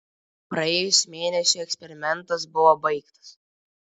praėjus mėnesiui eksperimentas buvo baigtas